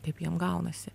taip jiem gaunasi